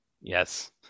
Yes